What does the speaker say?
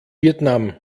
vietnam